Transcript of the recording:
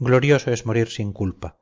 glorioso es morir sin culpa